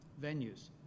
venues